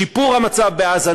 שיפור המצב בעזה,